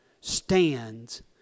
stands